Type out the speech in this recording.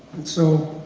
and so,